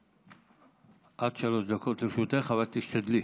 עד שלוש דקות לרשותך, אבל תשתדלי,